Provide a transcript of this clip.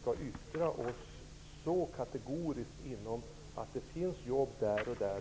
skall yttra oss så kategoriskt om att det finns jobb där och där.